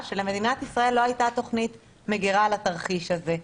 כשלמדינת ישראל לא הייתה תוכנית מגירה לתרחיש הזה.